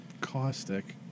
caustic